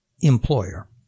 employer